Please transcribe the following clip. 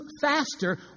faster